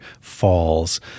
falls